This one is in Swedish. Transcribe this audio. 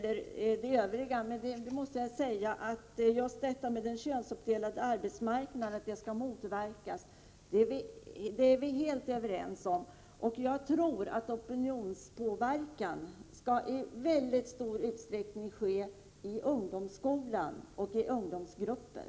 Men låt mig bara framhålla att just detta att den könsuppdelade arbetsmarknaden skall motverkas är vi helt överens om. Jag tror att opinionspåverkan i väldigt stor utsträckning skall ske i ungdomsskolan och i ungdomsgrupper.